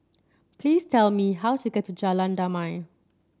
please tell me how to get to Jalan Damai